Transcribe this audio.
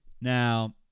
Now